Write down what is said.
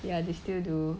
ya they still do